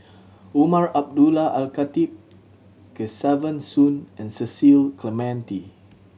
Umar Abdullah Al Khatib Kesavan Soon and Cecil Clementi